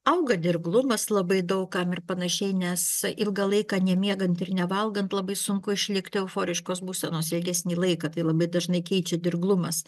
auga dirglumas labai daug kam ir panašiai nes ilgą laiką nemiegant ir nevalgant labai sunku išlikti euforiškos būsenos ilgesnį laiką tai labai dažnai keičia dirglumas